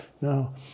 No